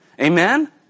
Amen